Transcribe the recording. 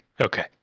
Okay